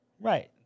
Right